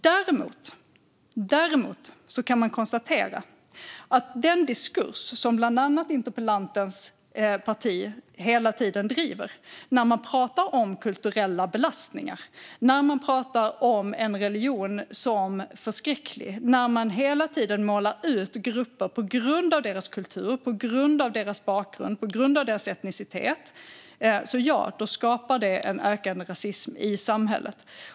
Däremot kan man konstatera att den diskurs som bland annat interpellantens parti hela tiden driver när man pratar om kulturella belastningar, när man pratar om en religion som förskräcklig och när man hela tiden målar ut grupper på grund av deras kultur, på grund av deras bakgrund och på grund av deras etnicitet skapar en ökande rasism i samhället.